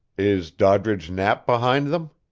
is doddridge knapp behind them?